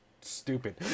stupid